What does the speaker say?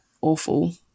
awful